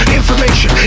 information